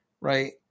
right